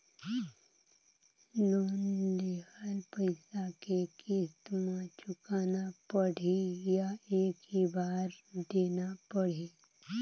Loan लेहल पइसा के किस्त म चुकाना पढ़ही या एक ही बार देना पढ़ही?